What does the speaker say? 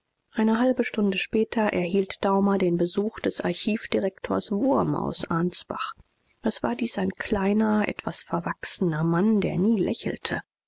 eine halbe stunde später erhielt daumer den besuch des archivdirektors wurm aus ansbach es war dies ein kleiner etwas verwachsener mann der nie lächelte